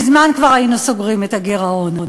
מזמן כבר היינו סוגרים את הגירעון.